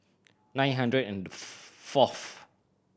nine hundred and forth